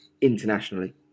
internationally